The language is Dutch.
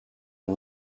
een